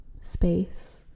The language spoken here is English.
space